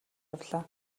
явлаа